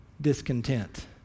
discontent